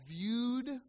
viewed